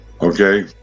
Okay